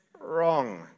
wrong